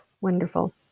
Wonderful